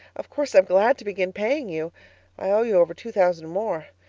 of course i'm glad to begin paying you i owe you over two thousand more.